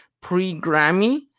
pre-Grammy